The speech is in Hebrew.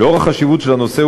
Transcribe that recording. לנוכח החשיבות של הנושא,